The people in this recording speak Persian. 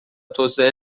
توسعه